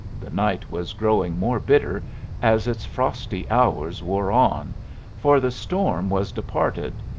the night was growing more bitter as its frosty hours wore on for the storm was departed,